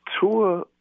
Tua –